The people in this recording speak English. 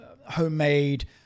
homemade